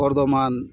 Bardhaman